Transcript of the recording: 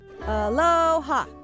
aloha